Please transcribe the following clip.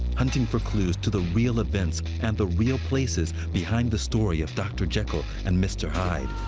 hunting for clues to the real events and the real places behind the story of dr. jekyll and mr. hyde.